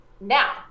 now